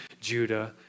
Judah